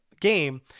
game